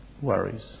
worries